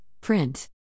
Print